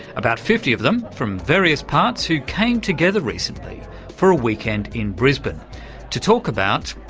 about fifty of them from various parts who came together recently for a weekend in brisbane to talk about.